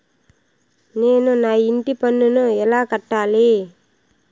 నేను నా ఇంటి పన్నును ఎలా కట్టాలి?